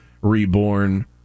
reborn